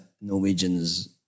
Norwegians